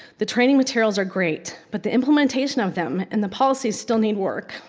the training materials are great but the implementation of them and the policies still need work,